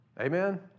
Amen